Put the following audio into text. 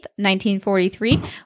1943